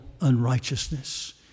unrighteousness